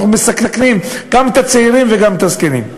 אנחנו מסכנים גם את הצעירים וגם את הזקנים.